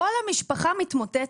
כל המשפחה מתמוטטת,